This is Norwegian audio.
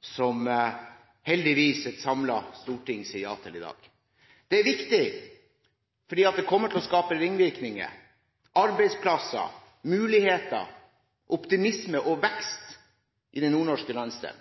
som heldigvis et samlet storting sier ja til i dag. Det er viktig, for det kommer til å skape ringvirkninger: arbeidsplasser, muligheter, optimisme og vekst i den nordnorske landsdelen.